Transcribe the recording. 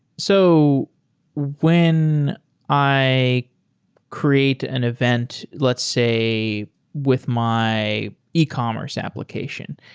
so when i create an event let's say with my ecommerce application,